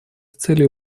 целью